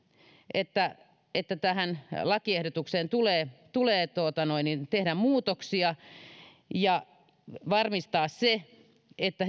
että että tähän lakiehdotukseen tulee tulee tehdä muutoksia ja varmistaa se että